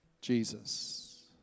Jesus